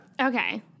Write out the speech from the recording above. Okay